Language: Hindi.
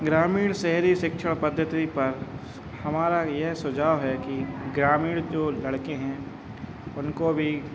ग्रामीण शहरी शिक्षा पद्धति पर हमारा यह सुझाव है कि ग्रामीण जो लड़के हैं उनको भी